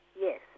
Yes